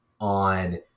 on